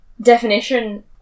Definition